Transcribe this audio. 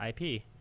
IP